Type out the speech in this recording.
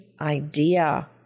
idea